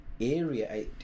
area